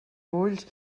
ulls